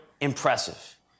impressive